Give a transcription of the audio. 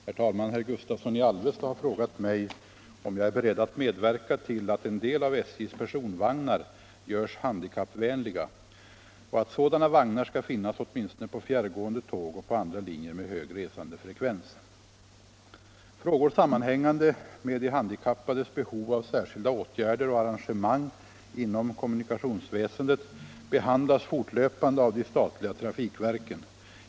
Herr talman! Herr Gustavsson i Alvesta har frågat mig om jag är beredd att medverka till att en del av SJ:s personvagnar görs handikappvänliga och att sådana vagnar skall finnas åtminstone på fjärrgående tåg och på andra linjer med hög resandefrekvens. Frågor sammanhängande med de handikappades behov av särskilda åtgärder och arrangemang inom kommunikationsväsendet behandlas fortlöpande av de statliga trafikverken.